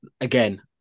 Again